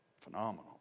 Phenomenal